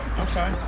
Okay